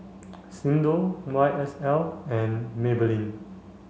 Xndo Y S L and Maybelline